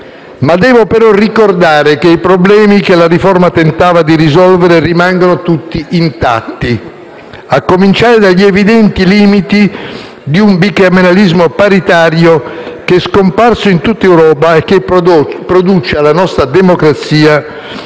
no. Devo, però, ricordare che i problemi che la riforma tentava di risolvere rimangono tutti intatti, a cominciare dagli evidenti limiti di un bicameralismo paritario che è scomparso in tutta Europa e che produce alla nostra democrazia